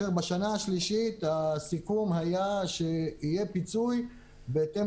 בשנה השלישית הסיכום היה שיהיה פיצוי בהתאם